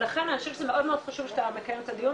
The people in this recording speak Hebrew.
לכן אני חושבת שזה מאוד חשוב שאתה מקיים את הדיון